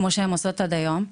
כמו שהן עושות עד היום.